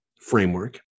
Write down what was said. framework